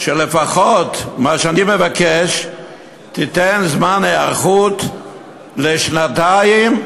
לפחות מה שאני מבקש הוא שתיתן זמן היערכות של שנתיים,